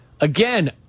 Again